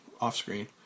off-screen